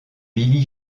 billy